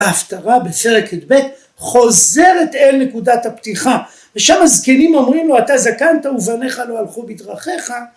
ההפטרה בפרק י"ב חוזרת אל נקודת הפתיחה, ושם הזקנים אומרים לו אתה זקנת, ובניך לא הלכו בדרכיך